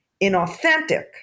inauthentic